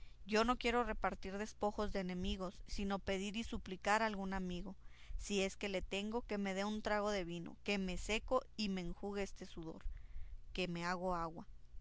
yo no quiero repartir despojos de enemigos sino pedir y suplicar a algún amigo si es que le tengo que me dé un trago de vino que me seco y me enjugue este sudor que me hago agua